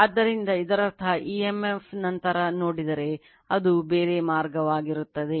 ಆದ್ದರಿಂದ ಇದರರ್ಥ emf ನಂತರ ನೋಡಿದರೆ ಅದು ಬೇರೆ ಮಾರ್ಗವಾಗಿರುತ್ತದೆ